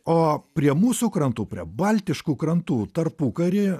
o prie mūsų krantų prie baltiškų krantų tarpukary